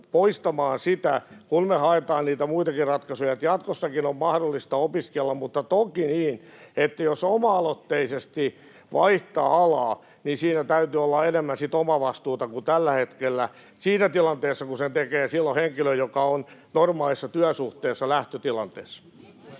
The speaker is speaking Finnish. poistamaan sitä, kun me haetaan niitä muitakin ratkaisuja, että jatkossakin on mahdollista opiskella, mutta toki on niin, että jos oma-aloitteisesti vaihtaa alaa, niin siinä täytyy olla enemmän sitä omavastuuta kuin tällä hetkellä siinä tilanteessa, kun sen tekee silloin henkilö, joka on normaalissa työsuhteessa lähtötilanteessa.